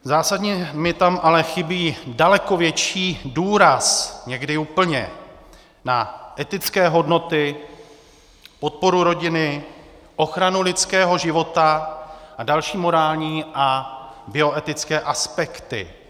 Zásadně mi tam ale chybí daleko větší důraz, někdy úplně, na etické hodnoty, podporu rodiny, ochranu lidského života a další morální a bioetické aspekty.